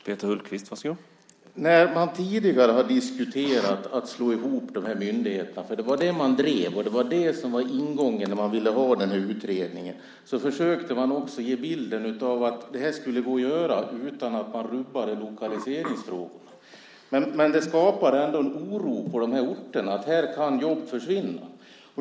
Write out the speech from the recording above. Herr talman! När man tidigare har diskuterat att slå ihop de här myndigheterna - det var det man drev, och det var det som var ingången när man ville ha den här utredningen - försökte man också ge bilden av att det här skulle gå att göra utan att man rubbade lokaliseringsfrågorna. Men det skapade ändå en oro på de här orterna: Här kan jobb försvinna.